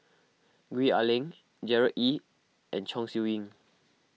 Gwee Ah Leng Gerard Ee and Chong Siew Ying